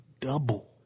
double